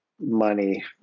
money